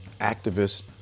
activists